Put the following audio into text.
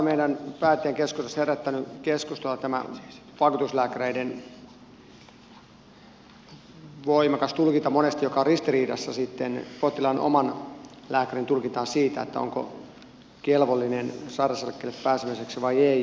meidän päättäjien keskuudessa on herättänyt paljon keskustelua tämä vakuutuslääkäreiden voimakas tulkinta joka on monesti ristiriidassa potilaan oman lääkärin tulkinnan kanssa siitä onko potilas kelvollinen pääsemään sairauseläkkeelle vai ei